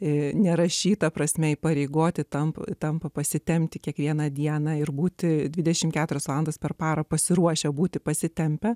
ir nerašyta prasme įpareigoti tampa tampa pasitempti kiekvieną dieną ir būti dvidešimt keturias valandas per parą pasiruošę būti pasitempę